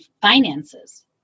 finances